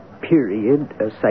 period